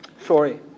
Sorry